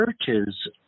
churches